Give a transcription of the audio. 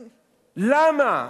למה?